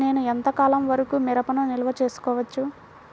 నేను ఎంత కాలం వరకు మిరపను నిల్వ చేసుకోవచ్చు?